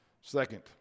Second